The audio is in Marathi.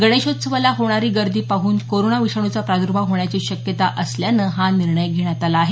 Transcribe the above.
गणेशोत्सवाला होणारी गर्दी पाहन कोरोना विषाणूचा प्राद्र्भाव होण्याची शक्यता असल्यानं हा निर्णय घेण्यात आला आहे